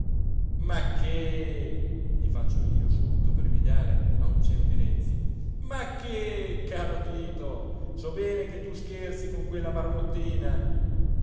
ma che gli faccio io subito per rimediare a un cenno di renzi ma che caro tito so bene che tu scherzi con quella